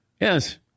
Yes